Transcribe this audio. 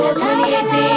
2018